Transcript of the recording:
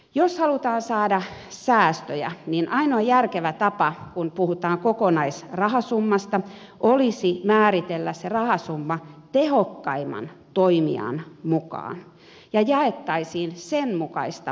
jos halutaan saada säästöjä niin ainoa järkevä tapa kun puhutaan kokonaisrahasummasta olisi määritellä se rahasumma tehokkaimman toimijan mukaan ja jaettaisiin sen mukaista kokonaissummaa